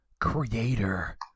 creator